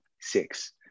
six